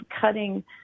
cutting